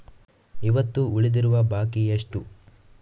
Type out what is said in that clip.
ಇವತ್ತು ಉಳಿದಿರುವ ಬಾಕಿ ಎಷ್ಟು?